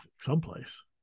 someplace